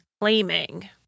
claiming